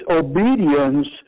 obedience